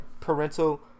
parental